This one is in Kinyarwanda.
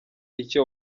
icyo